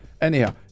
anyhow